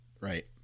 Right